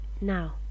now